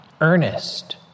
earnest